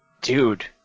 Dude